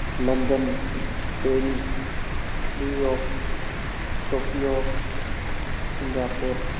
London Paris New York Tokyo Singapore